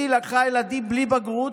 היא לקחה ילדים בלי בגרות,